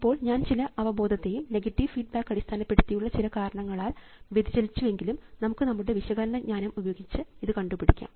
ഇപ്പോൾ ഞാൻ ചില അവബോധത്തെയും നെഗറ്റീവ് ഫീഡ്ബാക്ക് അടിസ്ഥാനപ്പെടുത്തിയുള്ള ചില കാരണങ്ങളാൽ വ്യതിചലിച്ചു എങ്കിലും നമുക്ക് നമ്മുടെ വിശകലനം ജ്ഞാനം ഉപയോഗിച്ച് ഇത് കണ്ടുപിടിക്കാം